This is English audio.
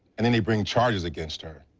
and then they bring charges against her.